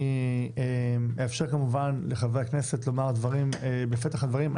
אני אאפשר כמובן לחברי הכנסת לומר דברים בפתח הדברים.